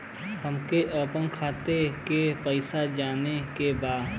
हमके आपन खाता के पैसा जाने के बा